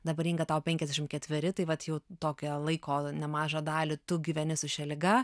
dabar inga tau penkiasdešim ketveri tai vat jau tokią laiko nemažą dalį tu gyveni su šia liga